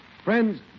Friends